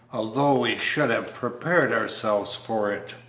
although we should have prepared ourselves for it.